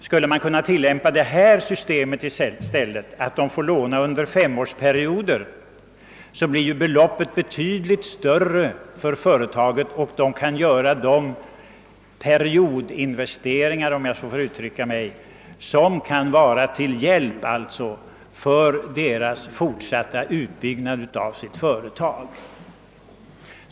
Skulle man däremot i stället kunna tillämpa systemet, att företagen får låna pengarna i femårsperioder, så skulle ju beloppet bli betydligt större på en gång för företagen, som då kunde göra de periodinvesteringar — om jag så får uttrycka mig — som kunde vara till hjälp för den fortsatta utbyggnaden av företagen.